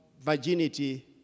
virginity